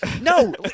No